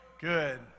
Good